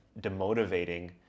demotivating